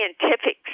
scientific